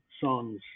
songs